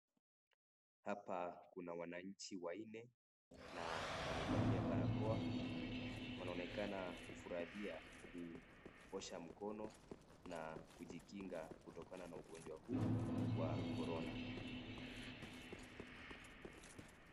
Hapa Kuna wananchi wanne na wamevalia barakoa, wanaonekana kufurahia, kuosha mkono na kujikinga kutokana na ugonjwa huu wa korona.